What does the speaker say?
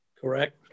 Correct